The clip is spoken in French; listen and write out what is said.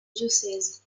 diocèse